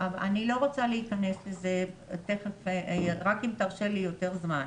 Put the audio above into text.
אני לא רוצה להיכנס לזה אלא אם תיתן לי יותר זמן.